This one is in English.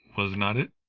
was not it?